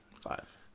five